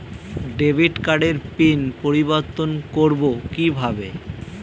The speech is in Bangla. ডেবিট কার্ডের পিন পরিবর্তন করবো কীভাবে?